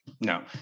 no